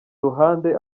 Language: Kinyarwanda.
ruhande